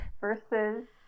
versus